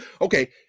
okay